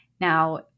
Now